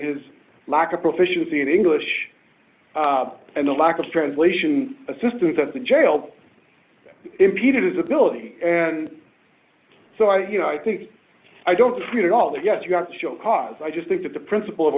his lack of proficiency in english and the lack of translation assistance at the jail impeded his ability and so i you know i think i don't read all that yet you got your cause i just think that the principle of